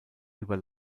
über